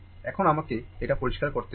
এখন আমাকে এটা পরিষ্কার করতে দিন